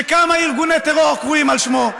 שכמה ארגוני טרור קרואים על שמו.